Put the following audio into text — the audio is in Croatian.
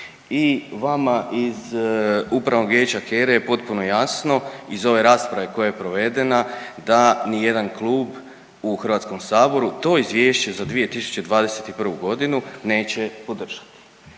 i vama iz upravnog vijeća HERA-e je potpuno jasno iz ove rasprave koja je provedena da nijedan klub u HS to izvješće za 2021.g. neće podržati.